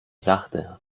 sachte